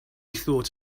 thought